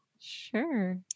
Sure